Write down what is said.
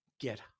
get